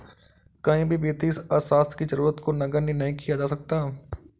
कहीं भी वित्तीय अर्थशास्त्र की जरूरत को नगण्य नहीं किया जा सकता है